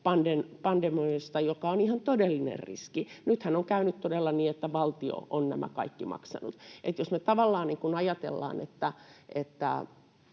pandemioista, jotka ovat ihan todellinen riski. Nythän on käynyt todella niin, että valtio on nämä kaikki maksanut. Jos me tavallaan ajatellaan, että